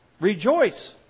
Rejoice